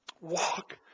walk